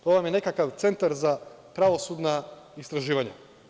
To vam je nekakav Centar za pravosudna istraživanja.